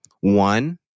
One